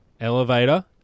elevator